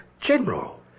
General